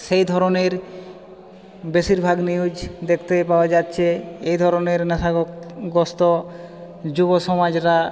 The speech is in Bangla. সেইধরনের বেশিরভাগ নিউজ দেখতে পাওয়া যাচ্ছে এ ধরনের নেশা গ্রস্ত যুবসমাজরা